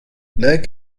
like